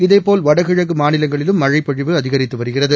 இதேபோல் வடகிழக்கு மாநிலங்களிலும் மழைப்பொழிவு அதிகரித்து வருகிறது